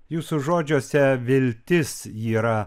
jūsų žodžiuose viltis yra